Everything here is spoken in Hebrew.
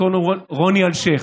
קוראים לו רוני אלשיך,